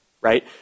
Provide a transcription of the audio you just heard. right